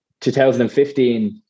2015